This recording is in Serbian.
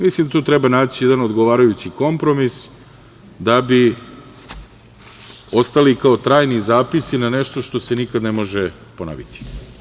Mislim da tu treba naći jedan odgovarajući kompromis da bi ostali kao trajni zapisi na nešto što se nikad ne može ponoviti.